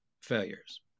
failures